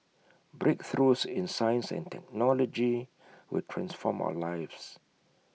breakthroughs in science and technology will transform our lives